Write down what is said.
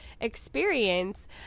experience